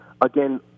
Again